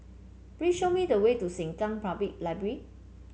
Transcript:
please show me the way to Sengkang Public Library